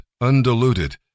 undiluted